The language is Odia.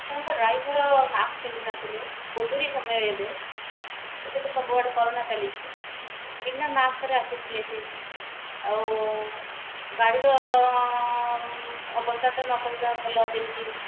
ଆପଣଙ୍କ ଡ୍ରାଇଭର୍ ମାସ୍କ ପିନ୍ଧିନଥିଲେ କୋଭିଡ଼୍ ସମୟ ଏବେ ଏବେ ତ ସବୁଆଡ଼େ କରୋନା ଚାଲିଛି ବିନା ମାସ୍କରେ ଆସିଥିଲେ ସେ ଆଉ ଗାଡ଼ିର ଅବସ୍ଥା ତ ନ କହିବା ଭଲ ଯେମିତି